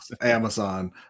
Amazon